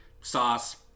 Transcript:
sauce